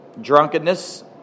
drunkenness